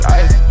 ice